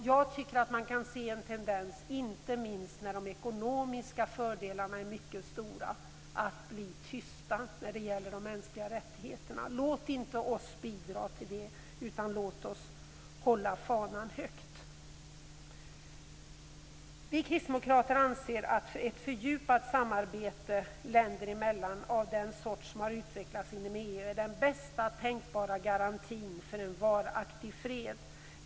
Jag tycker att man kan se en tendens till tystnad om de mänskliga rättigheterna - inte minst när de ekonomiska fördelarna är mycket stora. Låt inte oss bidra till det, utan låt oss hålla fanan högt! Vi kristdemokrater anser att ett fördjupat samarbete länder emellan av den sort som utvecklats inom EU är den bästa tänkbara garantin för en varaktig fred.